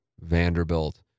Vanderbilt